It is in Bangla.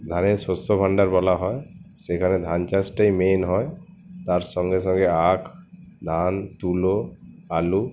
ধানের শস্যভাণ্ডার বলা হয় সেখানে ধান চাষটাই মেন হয় তার সঙ্গে সঙ্গে আখ ধান তুলো আলু